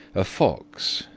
a fox,